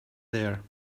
there